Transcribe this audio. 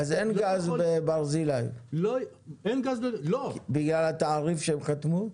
אז אין גז בברזילי בגלל התעריף שהם חתמו.